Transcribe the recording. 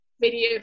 video